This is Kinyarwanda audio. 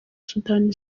sudani